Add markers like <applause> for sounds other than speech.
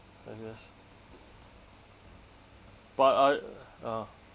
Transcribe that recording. I guess but I <noise> ah